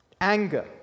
Anger